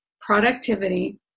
productivity